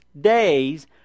days